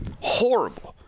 horrible